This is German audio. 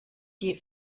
die